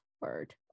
word